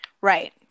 Right